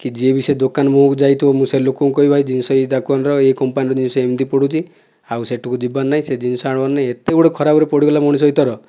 କି ଯିଏ ବି ସେ ଦୋକାନକୁ ଯାଇଥିବ ମୁଁ ସେ ଲୋକଙ୍କୁ କହିବି ଭାଇ ଜିନିଷ ଏହି ଦୋକାନର ଏହି କମ୍ପାନୀର ଜିନିଷ ଏମିତି ପଡ଼ୁଛି ଆଉ ସେଠାକୁ ଯିବାର ନାହିଁ ସେ ଜିନିଷ ଆଣିବାର ନାହିଁ ଏତେ ଗୋଟିଏ ଖରାପରେ ପଡ଼ିଗଲା ମଣିଷ ଏଥର